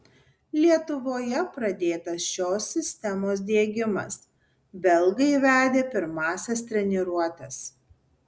lietuvoje pradėtas šios sistemos diegimas belgai vedė pirmąsias treniruotes